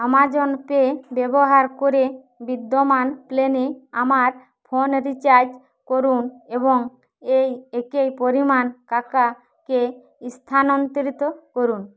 Amazon Pay ব্যবহার করে বিদ্যমান প্ল্যানে আমার ফোন রিচার্জ করুন এবং এই একই পরিমাণ কাকাকে স্থানান্তরিত করুন